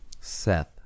Seth